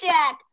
Jack